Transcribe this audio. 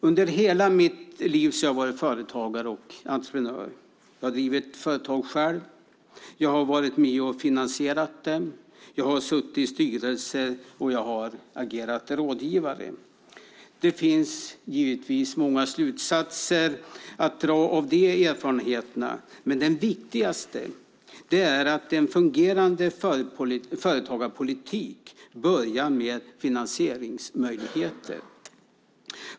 Under hela mitt liv har jag varit företagare och entreprenör. Jag har drivit företag själv. Jag har varit med och finansierat dem. Jag har suttit i styrelser, och jag har agerat rådgivare. Det finns givetvis många slutsatser att dra av de erfarenheterna, men den viktigaste är att en fungerande företagarpolitik börjar med finansieringsmöjligheter.